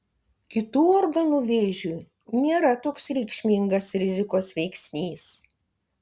kitų organų vėžiui nėra toks reikšmingas rizikos veiksnys